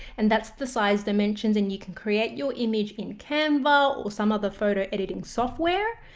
and that's the size dimensions and you can create your image in kamba or some other photo editing software.